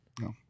No